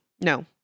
No